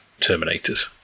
Terminators